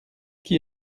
qui